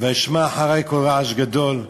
"ואשמע אחרי קול רעש גדול",